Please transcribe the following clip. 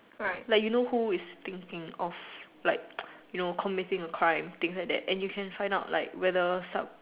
like you know who is thinking of like you know committing a crime things like that and you can find out like whether some